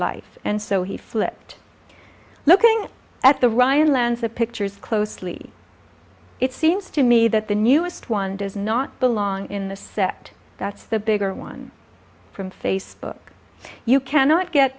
life and so he flipped looking at the ryan lanza pictures closely it seems to me that the newest one does not belong in the sect that's the bigger one from facebook you cannot get